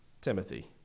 Timothy